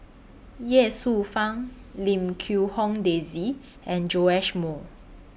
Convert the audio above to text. Ye Shufang Lim Quee Hong Daisy and Joash Moo